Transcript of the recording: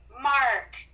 Mark